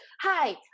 hi